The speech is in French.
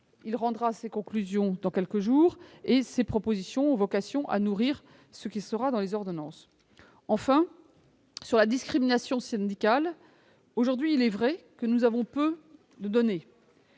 Il rendra ses conclusions dans quelques jours et ces propositions ont vocation à nourrir ce qui sera dans les ordonnances. Enfin, la discrimination syndicale existe aujourd'hui, même si nous n'avons que peu de données